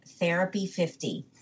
THERAPY50